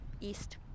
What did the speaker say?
east